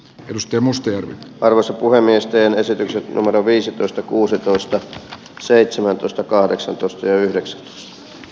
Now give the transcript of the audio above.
tuskin muste arvoisa puhemies teen esityksen numero viisitoista kuusitoista seitsemäntoista kahdeksantoista yhdeksän n